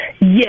Yes